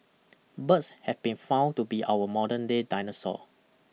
birds have been found to be our modern day dinosaur